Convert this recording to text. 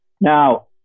Now